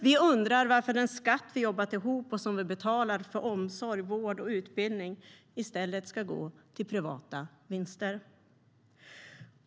Vi undrar varför den skatt vi jobbat ihop och som vi betalar för omsorg, vård och utbildning i stället ska gå till privata vinster.